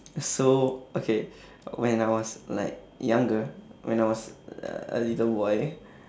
so okay when I was like younger when I was uh a little boy